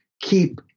keep